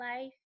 life